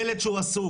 ילד שהוא עסוק,